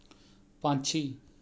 ਪੰਛੀ